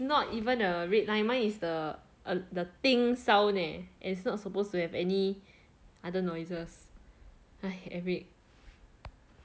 not even a red line mine is the uh the sound leh it's not supposed to have any other noises !hais! eric